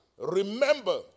Remember